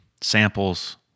samples